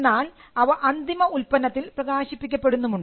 എന്നാൽ അവ അന്തിമ ഉൽപ്പന്നത്തിൽ പ്രകാശിപ്പിക്കപ്പെടുന്നുമുണ്ട്